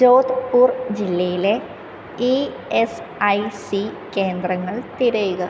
ജോധ്പൂർ ജില്ലയിലെ E S I C കേന്ദ്രങ്ങൾ തിരയുക